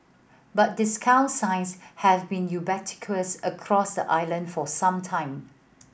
but discount signs have been ubiquitous across the island for some time